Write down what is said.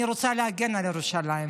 אני רוצה להגן על ירושלים.